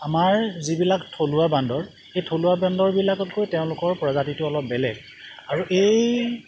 আমাৰ যিবিলাক থলুৱা বান্দৰ সেই থলুৱা বান্দৰবিলাকতকৈ তেওঁলোকৰ প্ৰজাতিটো অলপ বেলেগ আৰু এই